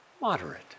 Moderate